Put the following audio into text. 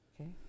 Okay